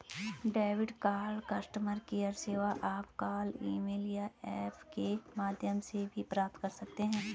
debit card customer care सेवा आप call email या ऐप के माध्यम से भी प्राप्त कर सकते हैं